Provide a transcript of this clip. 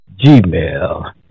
gmail